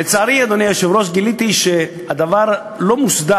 לצערי, אדוני היושב-ראש, גיליתי שהדבר לא מוסדר.